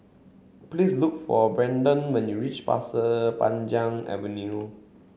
please look for Braedon when you reach Pasir Panjang Avenue